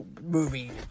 movie